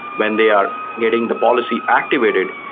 when they are getting the policy activated,